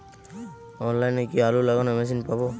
অনলাইনে কি আলু লাগানো মেশিন পাব?